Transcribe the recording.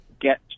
get